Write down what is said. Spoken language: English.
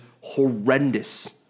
horrendous